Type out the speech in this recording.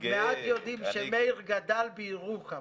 מעט יודעים שמאיר גדל בירוחם.